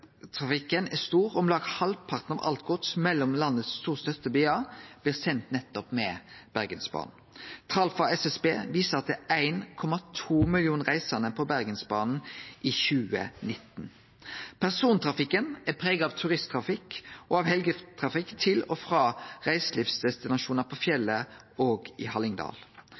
godstrafikken er stor. Om lag halvparten av alt gods mellom dei to største byane i landet blir sendt med nettopp Bergensbanen. Tal frå SSB viser at det var 1,2 millionar reisande på Bergensbanen i 2019. Persontrafikken er prega av turisttrafikk og helgetrafikk til og frå reiselivsdestinasjonar på fjellet og i Hallingdal.